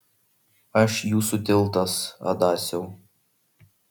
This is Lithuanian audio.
aš jūsų tiltas adasiau